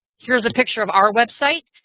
here's a picture of our website.